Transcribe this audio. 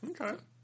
Okay